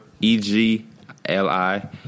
E-G-L-I